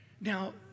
Now